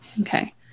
Okay